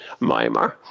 Myanmar